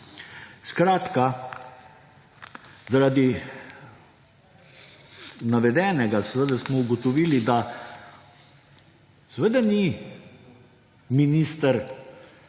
Skratka, zaradi navedenega seveda smo ugotovili, da seveda ni minister